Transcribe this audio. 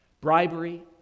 bribery